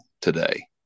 today